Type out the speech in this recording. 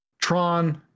Tron